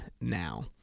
now